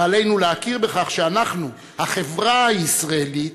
ועלינו להכיר בכך שאנחנו, החברה הישראלית,